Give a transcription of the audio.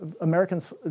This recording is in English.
Americans